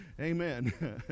Amen